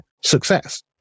success